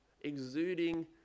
exuding